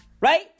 Right